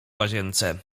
łazience